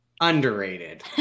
underrated